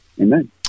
Amen